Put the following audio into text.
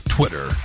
Twitter